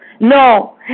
No